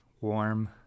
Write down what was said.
warm